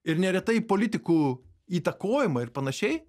ir neretai politikų įtakojama ir panašiai